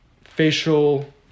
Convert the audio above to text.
facial